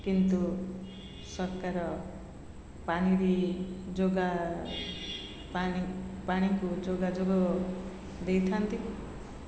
କିନ୍ତୁ ସରକାର ପାଣିରେ ପାଣିକୁ ଯୋଗାଯୋଗ ଦେଇଥାନ୍ତି